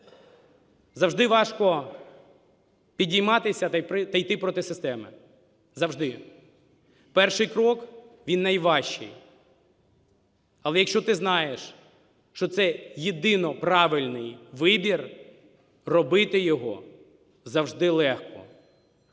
Завжди важко підійматися та йти проти системи, завжди. Перший крок, він найважчий. Але якщо ти знаєш, що це єдино правильний вибір, робити його завжди легко.